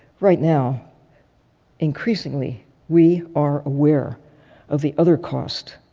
right now increasingly we are aware of the other cost,